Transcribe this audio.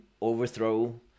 overthrow